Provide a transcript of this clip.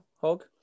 Hog